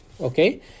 okay